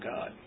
God